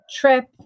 trip